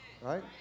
Right